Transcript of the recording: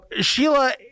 Sheila